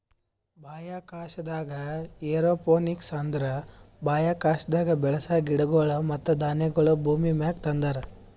ಬಾಹ್ಯಾಕಾಶದಾಗ್ ಏರೋಪೋನಿಕ್ಸ್ ಅಂದುರ್ ಬಾಹ್ಯಾಕಾಶದಾಗ್ ಬೆಳಸ ಗಿಡಗೊಳ್ ಮತ್ತ ಧಾನ್ಯಗೊಳ್ ಭೂಮಿಮ್ಯಾಗ ತಂದಾರ್